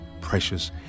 precious